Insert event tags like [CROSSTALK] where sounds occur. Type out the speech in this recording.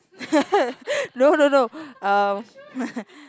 [LAUGHS] no no no [NOISE] uh [LAUGHS]